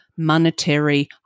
monetary